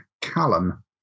Callum